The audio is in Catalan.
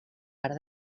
part